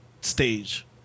stage